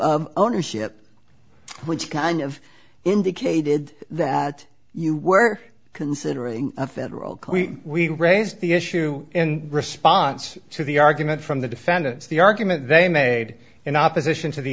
ownership which kind of indicated that you were considering a federal can we raise the issue in response to the argument from the defendants the argument they made in opposition to the